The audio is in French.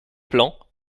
plan